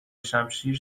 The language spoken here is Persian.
شمشیر